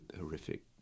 horrific